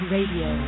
Radio